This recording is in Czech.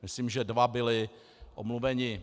Myslím, že dva byli omluveni.